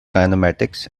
kinematics